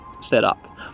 setup